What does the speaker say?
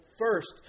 first